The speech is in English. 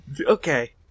Okay